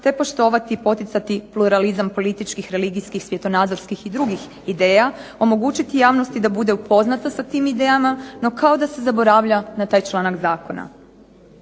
te poštovati, poticati pluralizam političkih, religijskih, svjetonazorskih i drugih ideja, omogućiti javnosti da bude upoznata s tim idejama no kao da se zaboravlja na taj članak zakona.